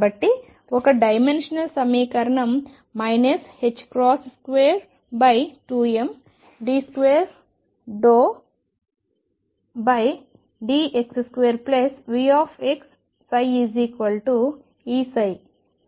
కాబట్టి ఒక డైమెన్షనల్ సమీకరణం 22md2dx2VψEψ